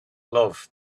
love